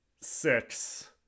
six